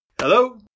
Hello